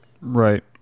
Right